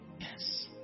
Yes